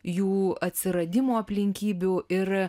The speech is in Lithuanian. jų atsiradimo aplinkybių ir